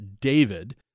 David